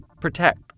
Protect